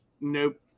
nope